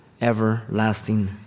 everlasting